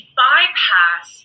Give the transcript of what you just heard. bypass